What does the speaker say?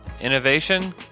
innovation